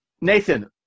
Nathan